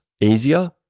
easier